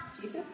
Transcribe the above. Jesus